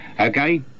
Okay